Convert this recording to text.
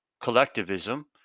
collectivism